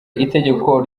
itegeko